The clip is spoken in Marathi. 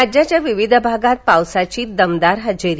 राज्याच्या विविध भागात पावसाची दमदार हजेरी